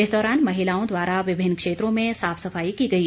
इस दौरान महिलाओं द्वारा विभिन्न क्षेत्रों में साफ सफाई की गई